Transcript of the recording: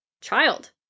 child